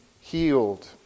healed